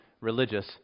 religious